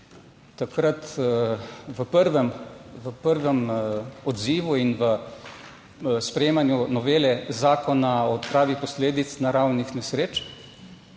prvem, v prvem odzivu in v sprejemanju novele Zakona o odpravi posledic naravnih nesreč